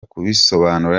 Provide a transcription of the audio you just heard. kubisobanura